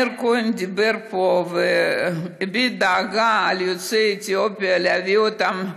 מאיר כהן דיבר פה והביע דאגה ליוצאי אתיופיה להביא אותם.